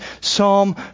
psalm